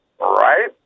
Right